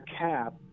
cap